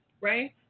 right